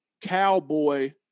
Cowboy